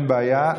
אין בעיה,